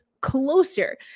closer